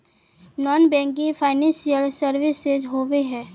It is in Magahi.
नॉन बैंकिंग फाइनेंशियल सर्विसेज होबे है?